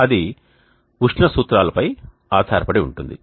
అది ఉష్ణ సూత్రాలపై ఆధారపడి ఉంటుంది